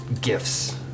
gifts